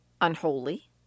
unholy